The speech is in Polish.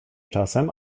czasem